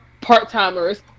part-timers